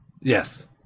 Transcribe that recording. yes